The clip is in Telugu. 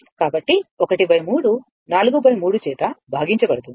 కాబట్టి 1 3 4 3 చేత భాగించబడుతుంది